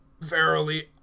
Verily